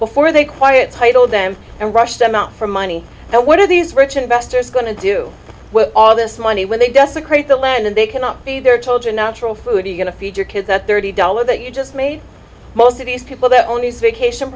before they quiet title them and rush them out for money now what are these rich investors going to do with all this money when they desecrate the land and they cannot be their children natural food are you going to feed your kids that thirty dollars that you just made most of these people that